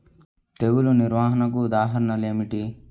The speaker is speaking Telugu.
తెగులు నిర్వహణకు ఉదాహరణలు ఏమిటి?